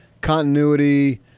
continuity